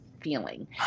feeling